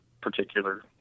particular